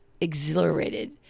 exhilarated